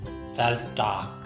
Self-talk